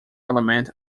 element